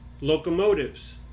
locomotives